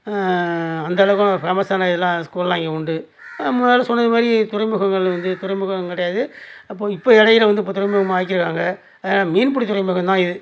அந்த அளவுக்குலாம் ஃபேமஸ்ஸான எல்லாம் ஸ்கூல்லாம் இங்கே உண்டு முன்னால் சொன்னது மாதிரி துறைமுகங்களுக்கு துறைமுகம் கிடையாது அப்போது இப்போது இடையில வந்து இப்போ துறைமுகமாக ஆக்கிருக்காங்க மீன் பிடி துறைமுகம் தான் இது